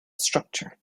structure